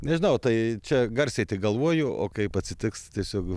nežinau tai čia garsiai tik galvoju o kaip atsitiks tiesiog